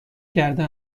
کرده